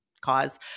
cause